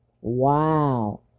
Wow